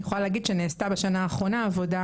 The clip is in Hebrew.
אני יכולה להגיד שנעשתה בשנה האחרונה עבודה